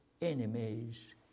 enemies